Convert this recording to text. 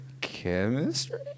chemistry